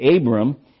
Abram